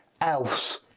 else